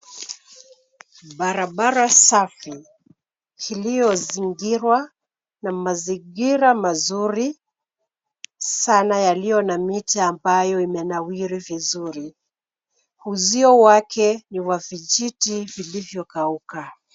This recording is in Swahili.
Barabara safi iliyozingirwa na mazingira mazuri sana yaliyo na miti ambayo imenawiri vizuri. Uzio wake ni wa vijiti vilivyokauka.